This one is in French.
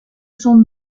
son